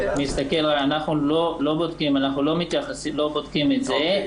אנחנו לא בודקים את זה,